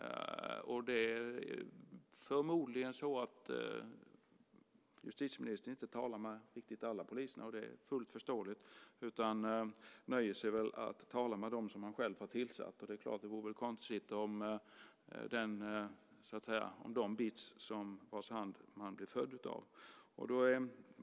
Förmodligen talar justitieministern inte med riktigt alla poliser, vilket är fullt förståeligt, utan nöjer sig väl med att tala med dem som han själv har tillsatt. Det vore väl konstigt att bita den hand som föder en.